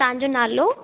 तव्हांजो नालो